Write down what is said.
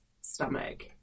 stomach